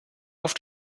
auf